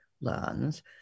learns